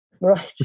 right